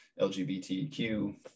LGBTQ